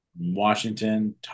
Washington